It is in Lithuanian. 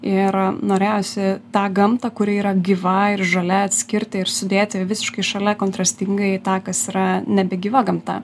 ir norėjosi tą gamtą kuri yra gyva ir žalia atskirti ir sudėti visiškai šalia kontrastingai į tą kas yra nebegyva gamta